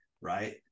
right